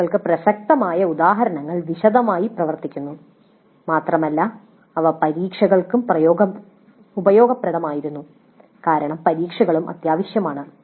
സിഒകൾക്ക് പ്രസക്തമായ ഉദാഹരണങ്ങൾ വിശദമായി പ്രവർത്തിക്കുന്നു മാത്രമല്ല അവ പരീക്ഷകൾക്കും ഉപയോഗപ്രദമായിരുന്നു കാരണം പരീക്ഷകളും അത്യാവശ്യമാണ്